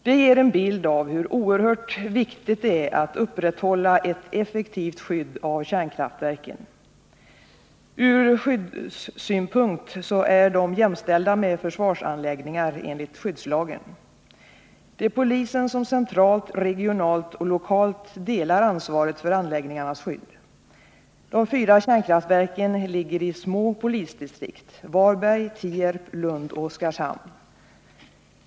Detta ger en bild av hur oerhört viktigt det är att upprätthålla ett effektivt skydd av kärnkraftverken. Från skyddssynpunkt är dessa enligt skyddslagen jämställda med försvarsanläggningar. Det är polisen som centralt, regionalt och lokalt delar ansvaret för anläggningarnas skydd. De fyra kärnkraftverken ligger i små polisdistrikt — Varbergs, Tierps, Lunds och Oskarshamns.